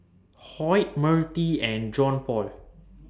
Hoyt Mertie and Johnpaul